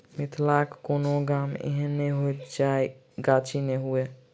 मिथिलाक कोनो गाम एहन नै होयत जतय गाछी नै हुए